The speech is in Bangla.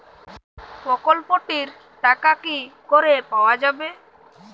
প্রকল্পটি র টাকা কি করে পাওয়া যাবে?